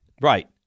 Right